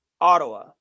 Ottawa